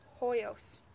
Hoyos